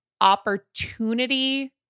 Opportunity